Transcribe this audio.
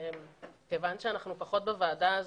כיוון שאנחנו פחות בוועדה הזאת,